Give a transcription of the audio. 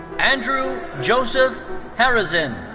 andrew joseph harazin.